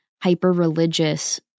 hyper-religious